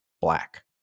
black